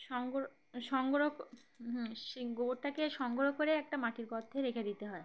সংগ্রহ সংগ্রহ হ সেই গোবরটাকে সংগ্রহ করে একটা মাটির গথে রেখে দিতে হয়